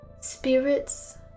Spirits